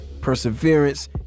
perseverance